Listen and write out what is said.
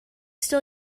still